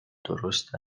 درست